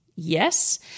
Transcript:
Yes